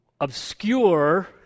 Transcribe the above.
Obscure